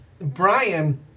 Brian